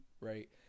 right